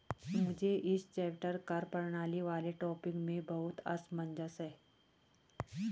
मुझे इस चैप्टर कर प्रणाली वाले टॉपिक में बहुत असमंजस है